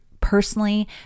personally